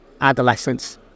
adolescence